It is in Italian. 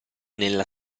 nella